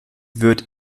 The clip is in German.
wird